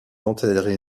enterré